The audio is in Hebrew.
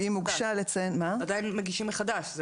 "--- עדיין מגישים מחדש.